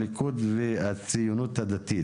הליכוד והציונות הדתית.